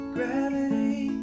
Gravity